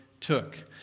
took